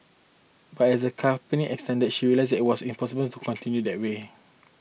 but as the company expanded she realised that it was impossible to continue that way